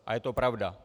A je to pravda.